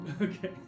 Okay